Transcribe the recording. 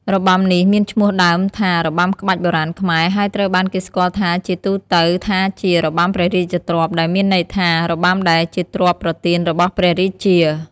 របាំនេះមានឈ្មោះដើមថា របាំក្បាច់បុរាណខ្មែរ ហើយត្រូវបានគេស្គាល់ជាទូទៅថាជា "របាំព្រះរាជទ្រព្យ" ដែលមានន័យថា "របាំដែលជាទ្រព្យប្រទានរបស់ព្រះរាជា"។